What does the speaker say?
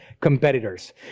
competitors